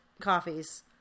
coffees